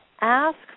ask